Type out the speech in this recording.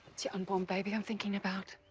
it's your unborn baby i'm thinking about.